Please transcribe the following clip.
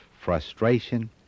frustration